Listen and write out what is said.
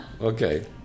okay